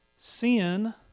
Sin